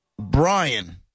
Brian